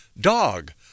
dog